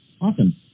awesome